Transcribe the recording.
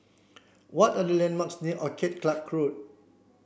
what are the landmarks near Orchid Club Road